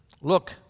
Look